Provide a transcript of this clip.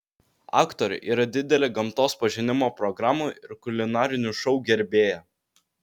aktorė yra didelė gamtos pažinimo programų ir kulinarinių šou gerbėja